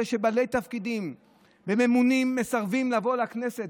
שבעלי תפקידים וממונים מסרבים לבוא לכנסת.